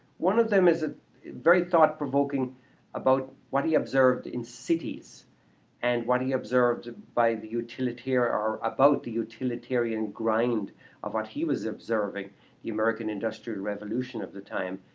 one of them is ah very thought-provoking about what he observed in cities and what he observed by the utilitarian or about the utilitarian grind of what he was observing the american industrial revolution of the time,